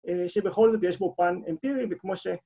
שבכל זאת יש בו פן אמפירי וכמו ש...